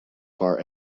far